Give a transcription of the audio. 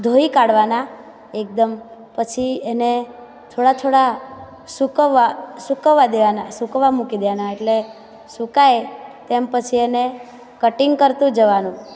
ધોઈ કાઢવાના એકદમ પછી એને થોડા થોડા સુકવા સુકવવા દેવાનાં સુકાવવા મૂકી દેવાના એટલે સુકાય તેમ પછી એને કટિંગ કરતું જવાનું